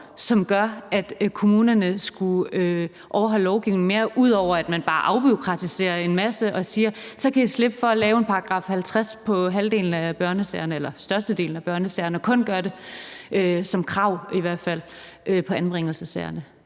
som gør, at kommunerne skulle overholde lovgivningen mere, ud over at man bare afbureaukratiserer en masse og siger, at så kan de slippe for at lave en § 50 på halvdelen eller størstedelen af børnesagerne og kun gøre det som krav i forhold til anbringelsessagerne.